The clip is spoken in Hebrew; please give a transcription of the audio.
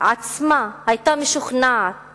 עצמה היתה משוכנעת